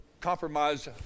compromise